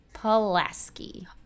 Pulaski